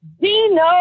Dino